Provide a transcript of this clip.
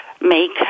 make